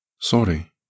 Sorry